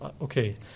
Okay